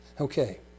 Okay